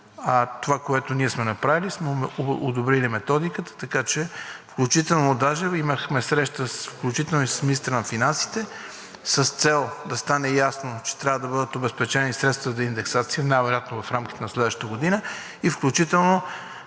Това, което ние сме направили, сме одобрили методиката. Включително даже имахме среща с министъра на финансите с цел да стане ясно, че трябва да бъдат обезпечени средствата за индексация най-вероятно в рамките на следващата година. Включително